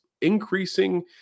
increasing